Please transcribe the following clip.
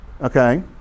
Okay